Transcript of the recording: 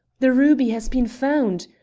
the ruby has been found!